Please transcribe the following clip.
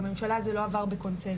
בממשלה זה לא עבר בקונצנזוס,